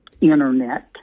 internet